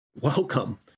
welcome